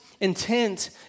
intent